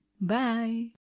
Bye